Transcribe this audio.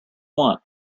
want